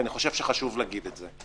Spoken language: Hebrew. שאני חושב שחשוב להגיד אותו.